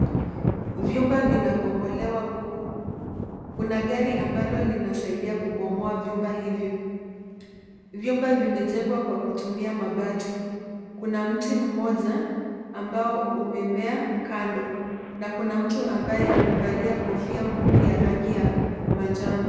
Vyumba vinabomolewa huku. Kuna gari ambalo linasaidia kubomoa nyumba hivyo. Vyumba vimejengwa kwa kutumia mabati. Kuna mti mmoja ambao umemea kando na kuna mtu ambaye amevalia kofia gumu ya rangi ya manjano.